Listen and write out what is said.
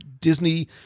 disney